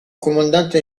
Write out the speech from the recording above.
comandante